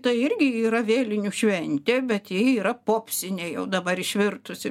tai irgi yra vėlinių šventė bet ji yra popsinė jau dabar išvirtusi